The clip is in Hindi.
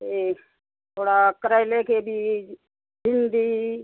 एक थोड़ा करेले की बीज भिंडी